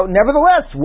nevertheless